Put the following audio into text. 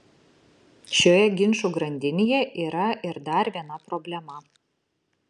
šioje ginčų grandinėje yra ir dar viena problema